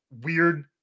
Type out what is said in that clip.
weird